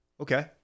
Okay